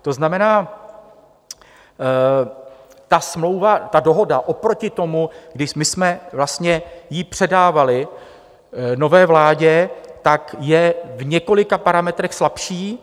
To znamená, ta dohoda oproti tomu, když my jsme vlastně ji předávali nové vládě, tak je v několika parametrech slabší.